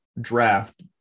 draft